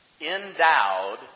endowed